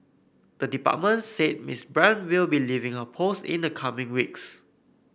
the department said Miss Brand will be leaving her post in the coming weeks